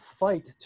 fight